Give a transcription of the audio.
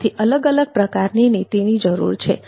તેથી અલગ અલગ પ્રકારની સેવા નીતિની જરૂર છે